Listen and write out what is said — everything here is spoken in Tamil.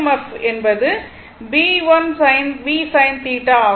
எஃப் என்பது Blvsin ஆகும்